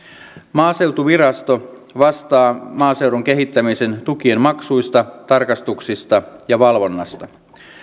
maaseutuvirasto vastaa maaseudun kehittämisen tukien maksuista tarkastuksista ja valvonnasta